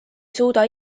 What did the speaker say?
suuda